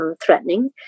threatening